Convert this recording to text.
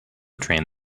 train